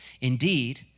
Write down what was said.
Indeed